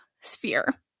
sphere